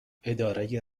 اداره